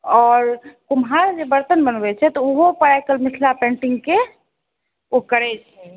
आओर कुम्हार जे बर्तन बनबै छै तऽ ओहो पर आइकाल्हि मिथिला पेन्टिंगके ओ करै छै